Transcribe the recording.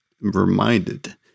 reminded